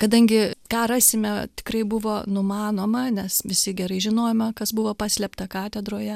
kadangi ką rasime tikrai buvo numanoma nes visi gerai žinojome kas buvo paslėpta katedroje